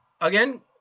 again